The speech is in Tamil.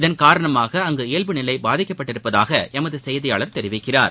இதன் காரணமாக அங்கு இயல்பு நிலை பாதிக்கப்பட்டுள்ளதாக எமது செய்தியாளர் தெரிவிக்கிறார்